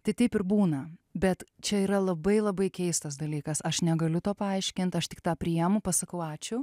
tai taip ir būna bet čia yra labai labai keistas dalykas aš negaliu to paaiškint aš tik tą priimu pasakau ačiū